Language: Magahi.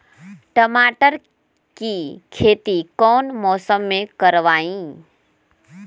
टमाटर की खेती कौन मौसम में करवाई?